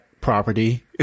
property